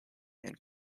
and